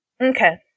okay